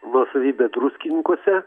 nuosavybę druskininkuose